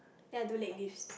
then I do leg lifts